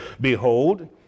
Behold